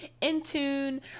in-tune